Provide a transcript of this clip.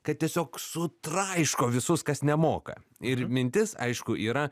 kad tiesiog sutraiško visus kas nemoka ir mintis aišku yra